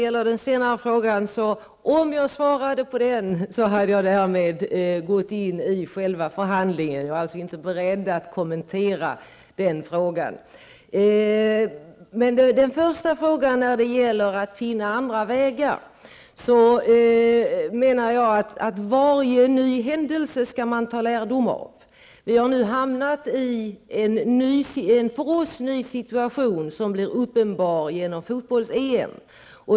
Fru talman! Om jag svarar på den senare frågan går jag därmed in i själva förhandlingen. Jag är alltså inte beredd att kommentera den frågan. När det gäller den första frågan om att finna andra vägar, menar jag att man skall ta lärdom av varje ny händelse. Vi har nu hamnat i denna för oss nya situation genom fotbolls-EM.